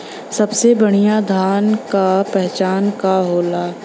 सबसे बढ़ियां धान का पहचान का होला?